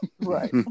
right